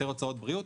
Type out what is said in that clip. יותר הוצאות בריאות.